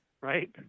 Right